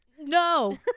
no